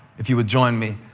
if you would join me.